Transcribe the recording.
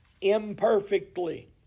imperfectly